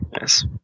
Yes